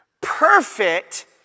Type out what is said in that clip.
perfect